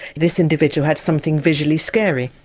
this individual had something visually scary.